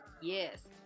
Yes